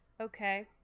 Okay